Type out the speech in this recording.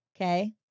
okay